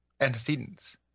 antecedents